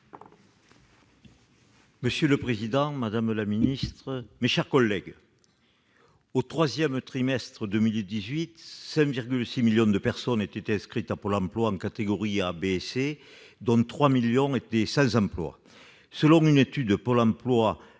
Monsieur le président, madame la ministre, mes chers collègues, au troisième trimestre de 2018, ce sont 5,6 millions de personnes qui étaient inscrites à Pôle emploi en catégorie A, B et C, parmi lesquelles 3,4 millions étaient sans emploi. Selon une étude de Pôle emploi